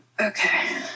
okay